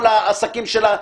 רק במילים אחרות.